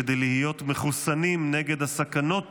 כדי להיות מחוסנים נגד הסכנות